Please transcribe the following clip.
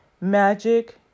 magic